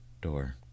door